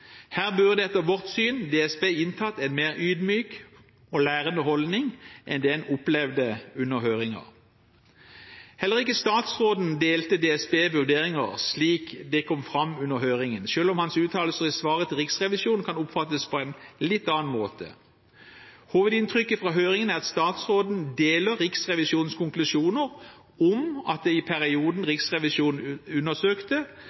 Her burde etter vårt syn DSB inntatt en mer ydmyk og lærende holdning enn det en opplevde under høringen. Heller ikke statsråden delte DSBs vurderinger slik det kom fram under høringen, selv om hans uttalelser i svaret til Riksrevisjonen kan oppfattes på en litt annen måte. Hovedinntrykket fra høringen er at statsråden deler Riksrevisjonens konklusjoner om at det i perioden Riksrevisjonen